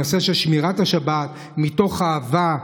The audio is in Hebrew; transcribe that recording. הנושא של שמירת השבת מתוך אהבה,